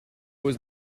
was